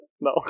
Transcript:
No